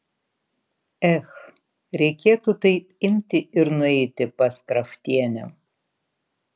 ech reikėtų taip imti ir nueiti pas kraftienę